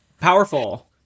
Powerful